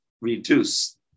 reduce